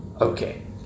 Okay